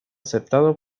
aceptado